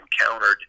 encountered